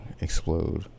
explode